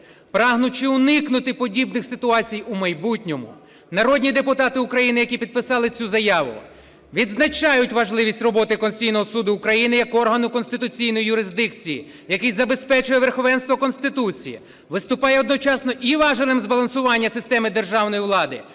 прагнучи уникнути подібних ситуацій у майбутньому, народні депутати України, які підписали цю заяву, відзначають важливість роботи Конституційного Суду України як органу конституційної юрисдикції, який забезпечує верховенство Конституції, виступає одночасно і важелем збалансування системи державної влади,